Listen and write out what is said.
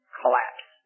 collapse